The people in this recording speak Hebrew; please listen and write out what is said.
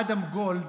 אדם גולד,